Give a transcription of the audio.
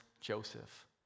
Joseph